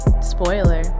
Spoiler